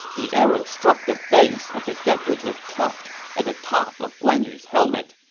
the arrow struck the base of the decorative tuft at the top of guan yu's helmet,